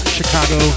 Chicago